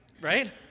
right